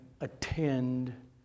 attend